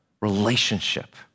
relationship